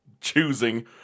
choosing